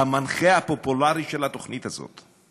המנחה הפופולרי של התוכנית הזאת.